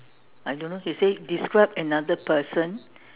I don't know he say describe another person